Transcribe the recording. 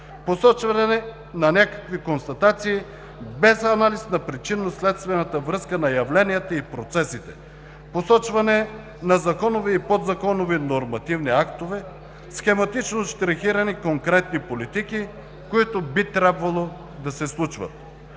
посочване на някакви констатации, без анализ на причинно-следствената връзка на явленията и процесите, посочване на законови и подзаконови нормативни актове, схематично щрихирани конкретни политики, които би трябвало да се случват.